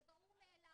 זה ברור מאליו,